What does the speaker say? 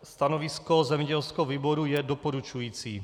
Stanovisko zemědělského výboru je doporučující.